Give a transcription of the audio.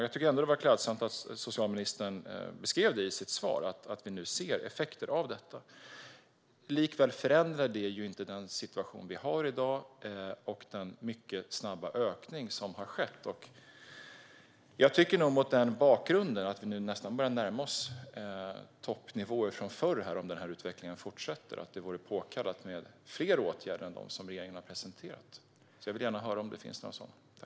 Jag tycker ändå att det var klädsamt att socialministern beskrev det i sitt svar: att vi nu ser effekter av detta. Likväl förändrar det inte den situation vi har i dag och den mycket snabba ökning som har skett. Mot bakgrund av att vi nu nästan börjar närma oss toppnivåer från förr, om denna utveckling fortsätter, tycker jag nog att det vore påkallat med fler åtgärder än dem som regeringen har presenterat. Jag vill gärna höra om det finns några sådana.